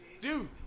Dude